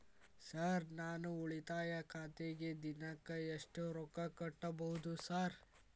Sir ನಾನು ಉಳಿತಾಯ ಖಾತೆಗೆ ದಿನಕ್ಕ ಎಷ್ಟು ರೊಕ್ಕಾ ಕಟ್ಟುಬಹುದು ಸರ್?